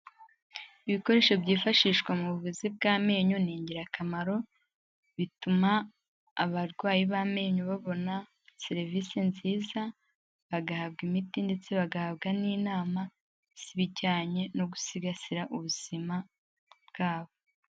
Ibikoresho byifashishwa mu buvuzi bw'amenyo ni ingirakamaro, bituma abarwayi b'amenyo babona serivisi nziza, bagahabwa imiti ndetse bagahabwa n'inama z'ibijyanye no gusigasira ubuzima bwabo.